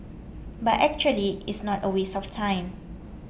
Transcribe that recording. but actually it's not a waste of time